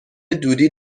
دودی